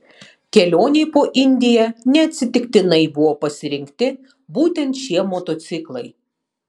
kelionei po indiją neatsitiktinai buvo pasirinkti būtent šie motociklai